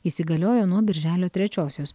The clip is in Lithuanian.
įsigaliojo nuo birželio trečiosios